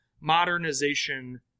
modernization